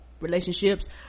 relationships